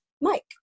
Mike